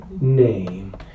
name